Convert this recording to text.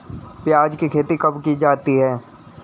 प्याज़ की खेती कब की जाती है?